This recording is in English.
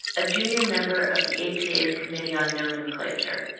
a junior member of the apa's committee on nomenclature.